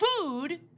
food